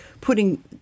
putting